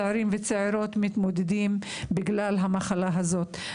צעירים וצעירות שמתמודדים עם המחלה הזאת.